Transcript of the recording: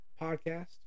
podcast